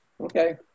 Okay